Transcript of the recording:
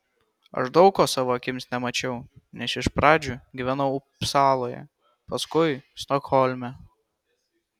aš daug ko savo akimis nemačiau nes iš pradžių gyvenau upsaloje paskui stokholme